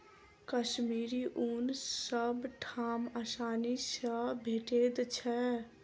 कश्मीरी ऊन सब ठाम आसानी सँ भेटैत छै